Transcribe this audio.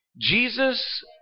Jesus